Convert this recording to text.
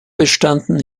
bestanden